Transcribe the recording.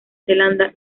zelanda